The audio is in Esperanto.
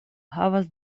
havas